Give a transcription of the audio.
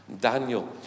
Daniel